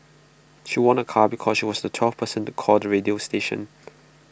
she won A car because she was the twelfth person to call the radio station